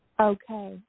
Okay